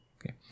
okay